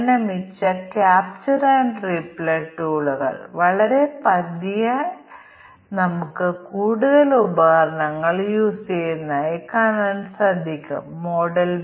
നമുക്ക് cause effect graph തയ്യാറായിക്കഴിഞ്ഞാൽ തീരുമാന പട്ടികയുമായി വരാൻ ഞങ്ങൾക്ക് നേരായ മാർഗ്ഗമുണ്ട് തുടർന്ന് നമുക്ക് ഓരോ തീരുമാന നിരക്കും ഒരു ടെസ്റ്റ് കേസായി മാറുന്ന തീരുമാന പട്ടിക പരിശോധന പ്രയോഗിക്കാൻ കഴിയും